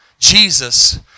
Jesus